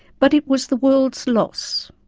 but it was the world's loss.